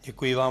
Děkuji vám.